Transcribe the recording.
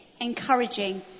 encouraging